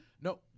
No